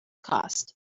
cost